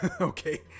Okay